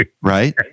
right